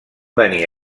venir